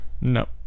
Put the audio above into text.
No